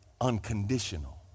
unconditional